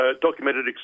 documented